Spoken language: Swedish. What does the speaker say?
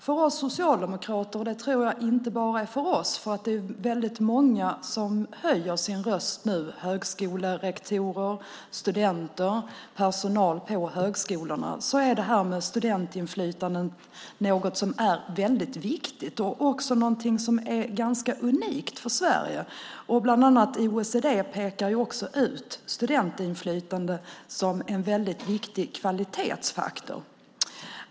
För oss socialdemokrater - och så tror jag inte bara att det är för oss, för det är väldigt många som nu höjer sin röst, högskolerektorer, studenter och personal på högskolorna - är studentinflytande något som är väldigt viktigt. Det är också någonting som är ganska unikt för Sverige. Bland annat OECD pekar också ut studentinflytande som en väldigt viktig kvalitetsfaktor.